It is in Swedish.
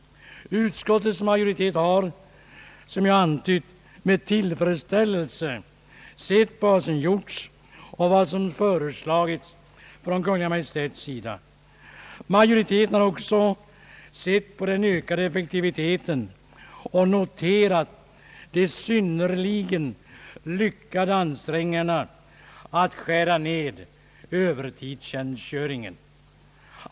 Utskottets majoritet har, som jag antytt, med tillfredsställelse sett vad som gjorts och vad som föreslagits från Kungl. Maj:ts sida. Majoriteten har också sett på den ökade effektiviteten och noterat de synnerligen lyckade ansträngningarna att skära ned Öövertidstjänstgöringen.